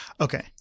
Okay